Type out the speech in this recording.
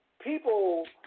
people